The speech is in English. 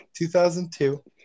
2002